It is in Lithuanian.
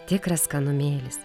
tikras skanumėlis